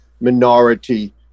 minority